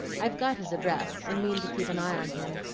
i've got his address, and mean to keep an eye on him,